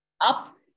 up